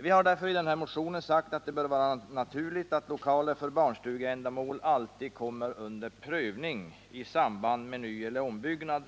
Vi har därför i vår motion sagt att det bör vara naturligt att lokaler för barnstugeändamål alltid kommer att bli föremål för prövning i samband med nyeller ombyggnad.